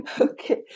Okay